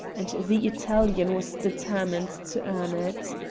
and the italian was determined to earn it.